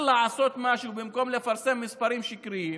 לעשות משהו במקום לפרסם מספרים שקריים,